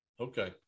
Okay